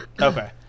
Okay